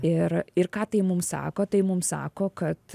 ir ir ką tai mum sako tai mum sako kad